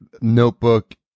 notebook